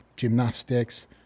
Gymnastics